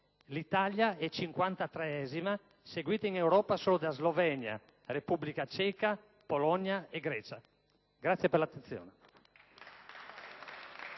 L'Italia è cinquantatreesima, seguita in Europa solo da Slovenia, Repubblica Ceca, Polonia e Grecia. *(Applausi